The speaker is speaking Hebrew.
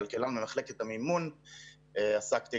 המודל של התשלומים ומבחינת העברות המידע והיערכות מחשובית